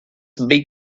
big